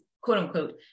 quote-unquote